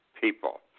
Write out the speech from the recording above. people